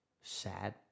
Sad